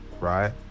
right